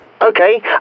okay